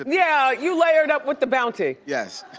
yeah, you layered up with the bounty. yes.